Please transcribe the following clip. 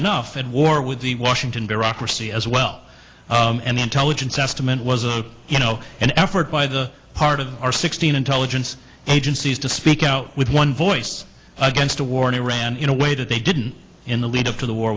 enough in war with the washington bureaucracy as well and intelligence estimate was a you know an effort by the part of our sixteen intelligence agencies to speak out with one voice against the war in iran in a way to they didn't in the lead up to the war